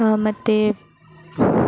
ಮತ್ತೆ